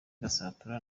gasatura